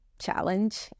challenge